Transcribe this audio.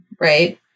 right